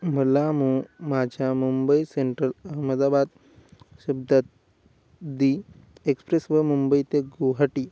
मला मुं माझ्या मुंबई सेंट्रल अहमदाबाद शब्दा दी एक्स्प्रेस व मुंबई ते गुवाहाटी